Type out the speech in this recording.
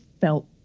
felt